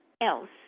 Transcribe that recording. else